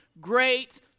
great